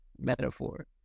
metaphor